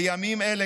בימים אלה,